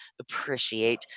appreciate